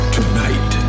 Tonight